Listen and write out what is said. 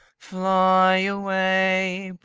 fly away,